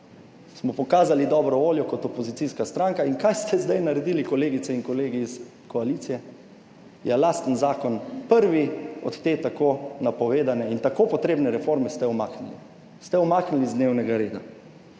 Smo pokazali dobro voljo kot opozicijska stranka. In kaj ste zdaj naredili, kolegice in kolegi iz koalicije? Je lasten zakon prvi od te tako napovedane in tako potrebne reforme ste umaknili, ste umaknili z dnevnega reda.